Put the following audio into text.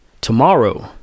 tomorrow